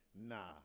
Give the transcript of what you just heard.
Nah